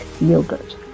yogurt